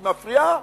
היא מפריעה?